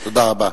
תודה רבה.